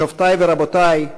שופטי ורבותי,